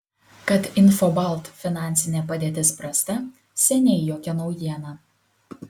kad infobalt finansinė padėtis prasta seniai jokia naujiena